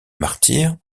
martyr